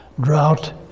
drought